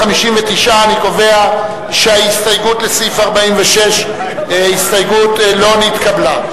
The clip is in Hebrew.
59. אני קובע שההסתייגות לסעיף 46 לא נתקבלה.